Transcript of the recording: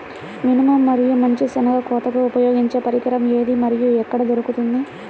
మినుము మరియు మంచి శెనగ కోతకు ఉపయోగించే పరికరం ఏది మరియు ఎక్కడ దొరుకుతుంది?